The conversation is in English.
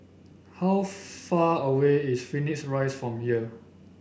how far away is Phoenix Rise from here